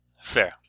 fair